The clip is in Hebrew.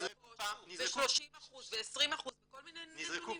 זה 30% ו-20% וכל מיני --- אנחנו מלקים את עצמנו.